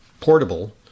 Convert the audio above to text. portable